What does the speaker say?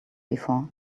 before